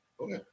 okay